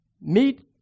meet